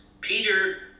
Peter